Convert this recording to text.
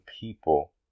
people